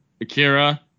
Akira